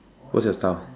was your style